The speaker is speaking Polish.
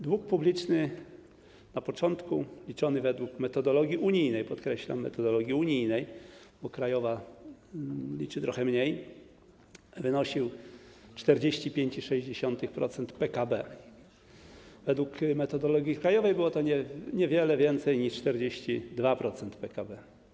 Dług publiczny na początku liczony według metodologii unijnej - podkreślam, według metodologii unijnej, bo według krajowej liczył trochę mniej - wynosił 45,6% PKB, a według metodologii krajowej było to niewiele więcej niż 42% PKB.